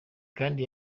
kandi